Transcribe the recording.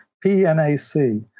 P-N-A-C